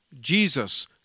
Jesus